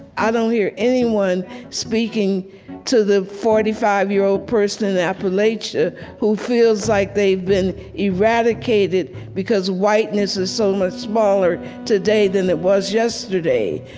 i don't hear anyone speaking to the forty five year old person in appalachia who feels like they've been eradicated, because whiteness is so much smaller today than it was yesterday.